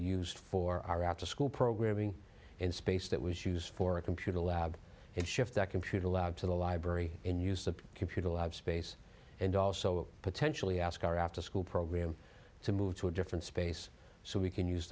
used for our afterschool program being in space that was used for a computer lab and shift that computer allowed to the library and use the computer lab space and also potentially ask our afterschool program to move to a different space so we can use